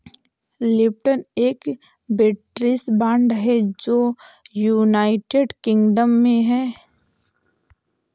Lipton एक British brand है जो यूनाइटेड किंगडम में है